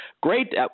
great